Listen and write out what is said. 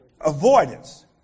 Avoidance